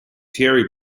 thierry